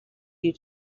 you